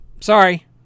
sorry